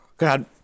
God